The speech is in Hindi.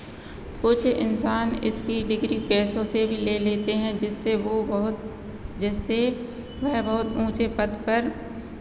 कुछ इंसान इसकी डिग्री पैसों से भी ले लेते हैं जिससे वो बहुत जिससे वह बहुत ऊंचे पद पर